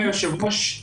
רק היושב ראש,